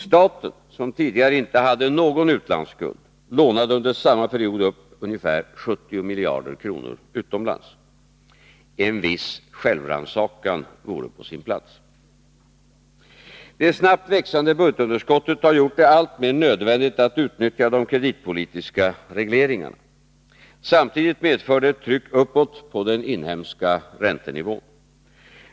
Staten, som tidigare inte hade någon utlandsskuld, lånade under samma period upp ca 70 miljarder kronor utomlands. En viss självrannsakan vore på sin plats. Det snabbt växande budgetunderskottet har gjort det alltmer nödvändigt att utnyttja de kreditpolitiska regleringarna. Samtidigt medför det ett tryck uppåt på den inhemska räntenivån.